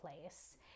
place